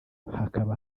hakaba